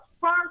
first